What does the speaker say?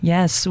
Yes